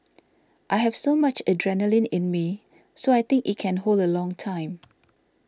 I have so much adrenaline in me so I think it can hold a long time